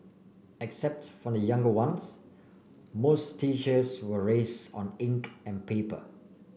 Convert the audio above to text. except for the younger ones most teachers were raise on ink and paper